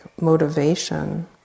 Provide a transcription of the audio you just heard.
motivation